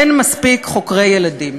אין מספיק חוקרי ילדים.